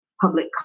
public